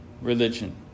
religion